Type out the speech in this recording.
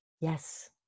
yes